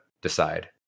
decide